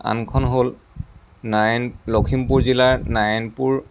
আনখন হ'ল নাৰায়ণ লখিমপুৰ জিলাৰ নাৰায়ণপুৰ